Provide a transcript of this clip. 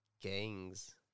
gangs